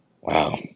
wow